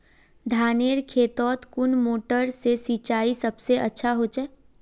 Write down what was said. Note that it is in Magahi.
धानेर खेतोत कुन मोटर से सिंचाई सबसे अच्छा होचए?